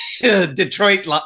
Detroit